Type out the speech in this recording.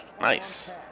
Nice